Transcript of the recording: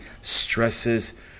stresses